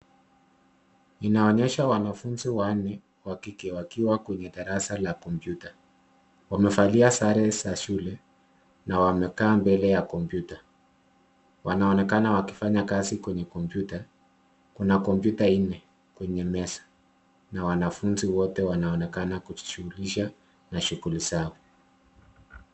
Inaonyesha wanafunzi wanne wakike wakiwa kwenye darasa la kompyuta, wamevalia sare za shule na wamekaa mbele ya kompyuta. Wanaonekana wakifanya kazi kwenye kompyuta, kuna kompyuta nne kwenye meza na wanafunzi wote wanaonekana kuji shughulisha na shughli zao.